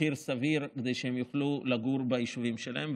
במחיר סביר, כדי שהם יוכלו לגור ביישובים שלהם.